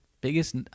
biggest